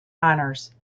honors